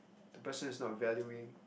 the person is not valuing